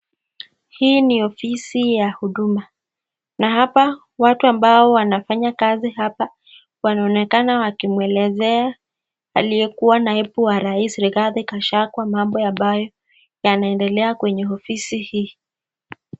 Hii ni ofisi ya huduma. Na hapa watu ambao wanafanya kazi hapa wanaonekana wakimwelezea aliyekua naibu wa rais Rigathi Gachagua mambo ambayo yanaendelea kwenye ofisi hii.